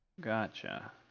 gotcha